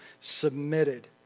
submitted